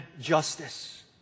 justice